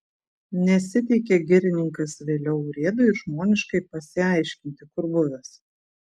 nesiteikė girininkas vėliau urėdui ir žmoniškai pasiaiškinti kur buvęs